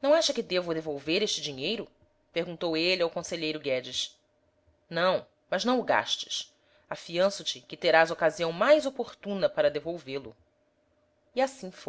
não acha que devo devolver este dinheiro perguntou ele ao conselheiro guedes não mas não o gastes afianço te que terás ocasião mais oportuna para devolvê lo e assim